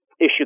issue